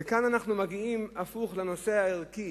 כאן אנחנו מגיעים הפוך, לנושא הערכי,